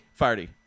Farty